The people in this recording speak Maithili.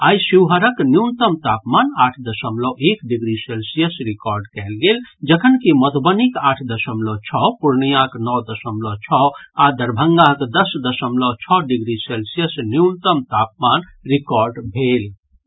आइ शिवहरक न्यूनतम तापमान आठ दशमलव एक डिग्री सेल्सियस रिकॉर्ड कयल गेल जखनकि मधुबनीक आठ दशमलव छओ पूर्णियांक नओ दशमलव छओ आ दरभंगाक दस दशमलव छओ डिग्री सेल्सियस न्यूनतम तापमान रिकॉर्ड कयल गेल